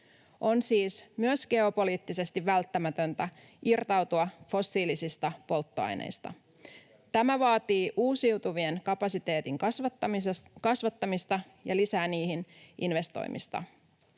On siis myös geopoliittisesti välttämätöntä irtautua fossiilisista polttoaineista. Tämä vaatii uusiutuvien kapasiteetin kasvattamista ja lisää niihin investoimista.